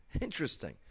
Interesting